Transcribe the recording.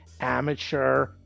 amateur